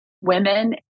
women